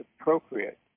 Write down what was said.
appropriate